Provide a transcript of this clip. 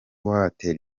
watera